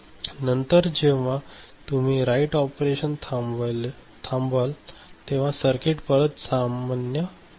नंतर जेव्हा तुम्ही राइट ऑपरेशन थांबवलं तेव्हा सर्किट परत सामान्य स्थितीत येईल